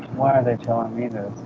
why are they telling me this?